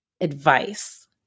advice